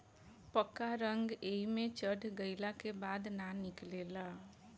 पक्का रंग एइमे चढ़ गईला के बाद ना निकले ला